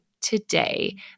today